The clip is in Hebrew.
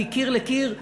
מקיר לקיר,